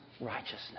Righteousness